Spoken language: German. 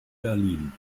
berlin